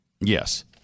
Yes